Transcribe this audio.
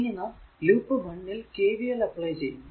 ഇനി നാം ലൂപ്പ് 1 ൽ KVL അപ്ലൈ ചെയ്യുന്നു